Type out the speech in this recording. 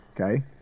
okay